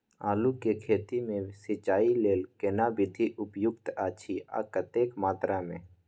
आलू के खेती मे सिंचाई लेल केना विधी उपयुक्त अछि आ कतेक मात्रा मे?